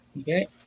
Okay